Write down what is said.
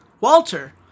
Walter